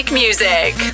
music